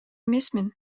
эмесмин